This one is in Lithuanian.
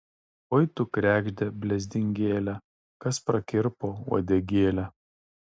oi tu kregžde blezdingėle kas prakirpo uodegėlę